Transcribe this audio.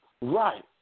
Right